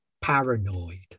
Paranoid